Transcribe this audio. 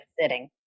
sitting